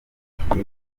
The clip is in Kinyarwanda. ingufu